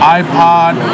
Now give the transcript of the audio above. iPod